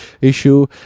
issue